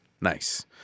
nice